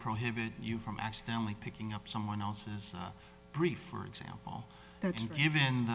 prohibit you from accidentally picking up someone else's brief fine example that even